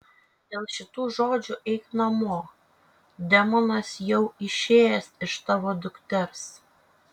dėl šitų žodžių eik namo demonas jau išėjęs iš tavo dukters